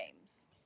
games